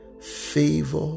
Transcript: favor